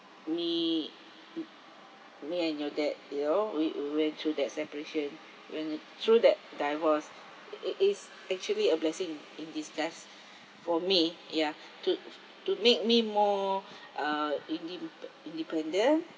me to me and your dad you know we we went to that separation when he threw that divorce uh it is actually a blessing in disguise for me ya to to make me more uh independence